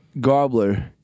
gobbler